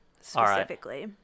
specifically